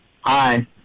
Hi